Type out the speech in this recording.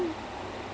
did you see him